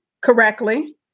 correctly